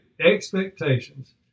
expectations